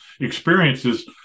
experiences